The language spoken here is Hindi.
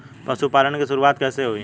पशुपालन की शुरुआत कैसे हुई?